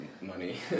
money